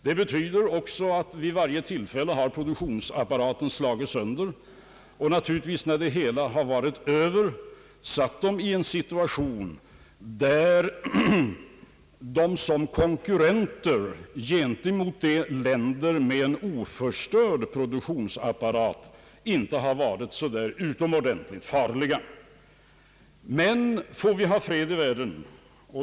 Det betyder också att vid varje tillfälle har produktionsapparaten slagits sönder, och naturligtvis, när krigen varit över, befann sig länderna i en situation då de som konkurrenter till länder med oförstörd produktionsapparat inte var särskilt farliga. Vi får väl hoppas att det skall förbli fred i världen.